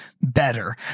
better